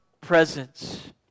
presence